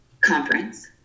conference